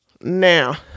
Now